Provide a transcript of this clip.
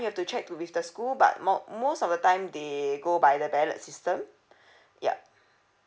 you have to check to with the school but most most of the time they go by the ballot system yup